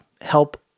help